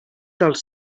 dels